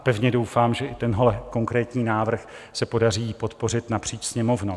Pevně doufám, že i tenhle konkrétní návrh se podaří podpořit napříč Sněmovnou.